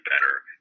better